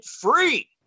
free